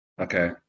Okay